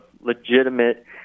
legitimate